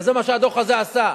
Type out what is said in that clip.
זה מה שהדוח הזה עשה.